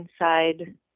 inside